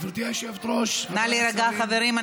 גברתי היושבת-ראש, חבריי השרים, נא להירגע, חברים.